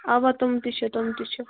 اَوا تِم تہِ چھِ تِم تہِ چھِ